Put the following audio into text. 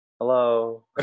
hello